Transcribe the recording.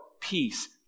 peace